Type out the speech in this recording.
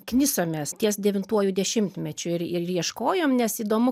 knisomės ties devintuoju dešimtmečiu ir ir ieškojom nes įdomu